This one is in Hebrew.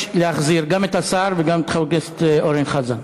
להחזיר גם את השר וגם את חבר הכנסת אורן חזן.